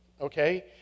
Okay